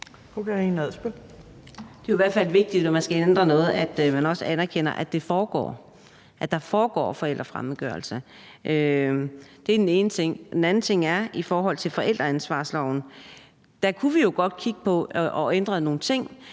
Det er jo i hvert fald vigtigt, når man skal ændre noget, at man også anerkender, at det foregår, altså at der foregår forældrefremmedgørelse. Det er den ene ting. Den anden ting er jo, at vi i forhold til forældreansvarsloven godt kunne kigge på at ændre nogle ting